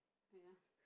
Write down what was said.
ya